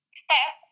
step